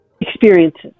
experiences